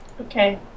Okay